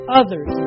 others